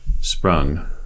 sprung